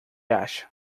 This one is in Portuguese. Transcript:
acha